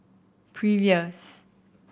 previous